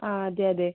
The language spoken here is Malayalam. ആ അതെ അതെ